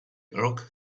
rock